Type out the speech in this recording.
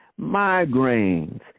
migraines